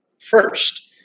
first